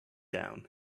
down